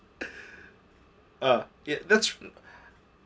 ah it that's